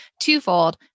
twofold